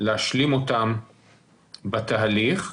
להשלים בתהליך,